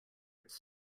its